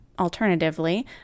alternatively